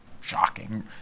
shocking